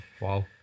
Wow